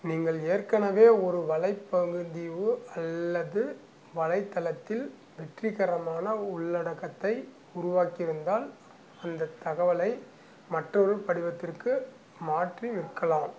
நீங்கள் ஏற்கனவே ஒரு வலைப்பகுதி அல்லது வலைத்தளத்தில் வெற்றிகரமான உள்ளடக்கத்தை உருவாக்கியிருந்தால் அந்த தகவலை மற்றொரு படிவத்திற்கு மாற்றி விற்கலாம்